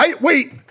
Wait